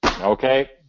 Okay